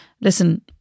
Listen